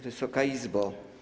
Wysoka Izbo!